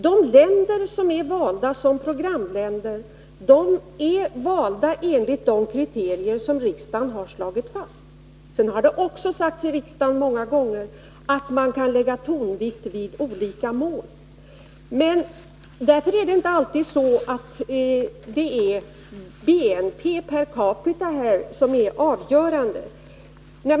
De länder som är valda som programländer är valda enligt de kriterier som riksdagen har slagit fast. Det har också sagts många gånger i riksdagen att man kan lägga tonvikt vid olika mål. Men det är inte alltid så att det är BNP per capita som är avgörande.